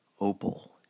Opal